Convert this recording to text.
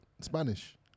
Spanish